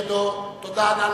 לסעיף 10 לא